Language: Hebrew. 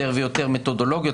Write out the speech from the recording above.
יותר ויותר מתודולוגיות.